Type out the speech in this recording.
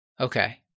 Okay